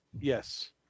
Yes